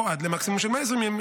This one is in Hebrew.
או עד למקסימום של 120 ימים,